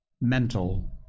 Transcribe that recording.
mental